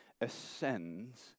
ascends